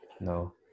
no